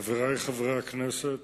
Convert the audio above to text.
חברי חברי הכנסת,